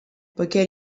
poiché